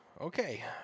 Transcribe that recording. Okay